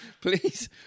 Please